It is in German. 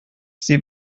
sie